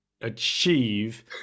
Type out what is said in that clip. achieve